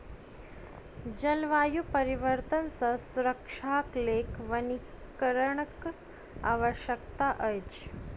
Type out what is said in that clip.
जलवायु परिवर्तन सॅ सुरक्षाक लेल वनीकरणक आवश्यकता अछि